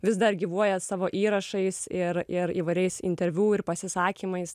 vis dar gyvuoja savo įrašais ir ir įvairiais interviu ir pasisakymais tai